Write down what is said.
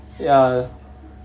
ya